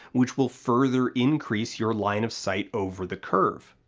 which will further increase your line of sight over the curve.